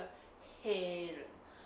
黑人